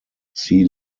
sea